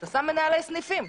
אתה שם מנהלי סניפים.